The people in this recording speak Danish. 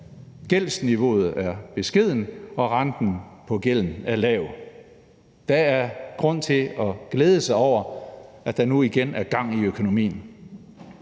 gældsniveauet er beskedent, og renten på gælden er lav. Der er grund til at glæde sig over, at der nu igen er gang i økonomien.